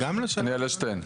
אני אענה על שתיהן.